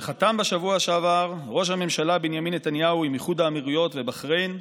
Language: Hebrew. שחתם בשבוע שעבר ראש הממשלה נתניהו עם איחוד האמירויות ובחריין,